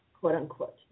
quote-unquote